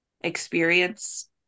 experience